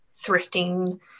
thrifting